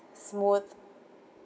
smooth